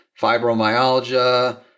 fibromyalgia